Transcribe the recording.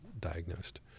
diagnosed